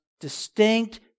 distinct